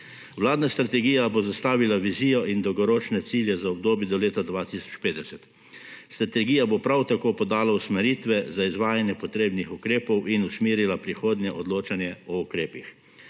Vladna strategija bo zastavila vizijo in dolgoročne cilje za obdobje do leta 2050. Strategija bo prav tako podala usmeritve za izvajanje potrebnih ukrepov in usmerila prihodnje odločanje o ukrepih.